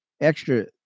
Extra